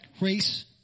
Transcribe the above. race